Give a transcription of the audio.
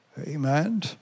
Amen